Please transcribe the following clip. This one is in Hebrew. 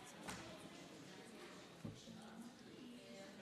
אני קובע כי הצעת החוק לייעול